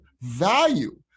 value